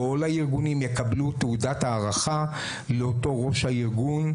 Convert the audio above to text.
כל הארגונים יקבלו תעודת הערכה לראש הארגון,